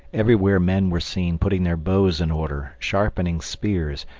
everywhere men were seen putting their bows in order, sharpening spears,